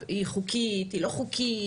היא חוקית היא לא חוקית.